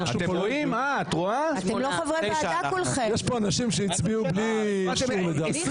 יש אנשים שהצביעו בלי אישור, לדעתי.